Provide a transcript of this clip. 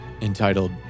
entitled